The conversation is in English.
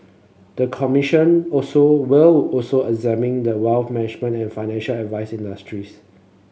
the commission also will also examine the wealth management and financial advice industries